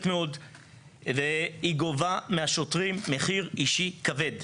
מאוד וגובה מהשוטרים מחיר אישי כבד.